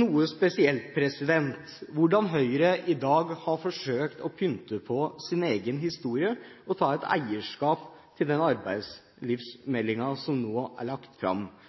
noe spesielt hvordan Høyre i dag har forsøkt å pynte på sin egen historie og ta et eierskap til den arbeidslivsmeldingen som nå er lagt fram.